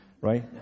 right